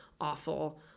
awful